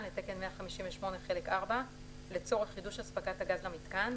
לתקן 158 חלק 4 לצורך חידוש הספקת הגז למיתקן,